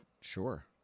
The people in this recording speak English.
Sure